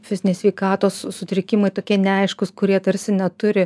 fizinės sveikatos sutrikimai tokie neaiškūs kurie tarsi neturi